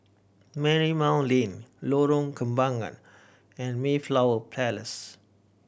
Marymount Lane Lorong Kembagan and Mayflower Place